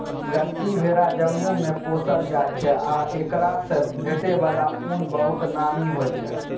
गद्दी भेरा जम्मूमे पोसल जाइ छै आ एकरासँ भेटै बला उन बहुत नामी होइ छै